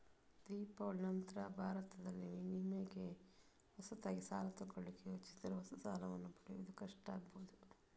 ದಿವಾಳಿಯ ನಂತ್ರ ಭಾರತದಲ್ಲಿ ನಿಮಿಗೆ ಹೊಸದಾಗಿ ಸಾಲ ತಗೊಳ್ಳಿಕ್ಕೆ ಯೋಜಿಸಿದರೆ ಹೊಸ ಸಾಲವನ್ನ ಪಡೆಯುವುದು ಕಷ್ಟ ಆಗ್ಬಹುದು